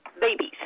babies